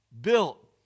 built